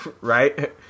right